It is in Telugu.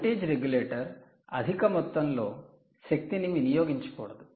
వోల్టేజ్ రెగ్యులేటర్ అధిక మొత్తంలో శక్తిని వినియోగించకూడదు